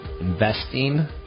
investing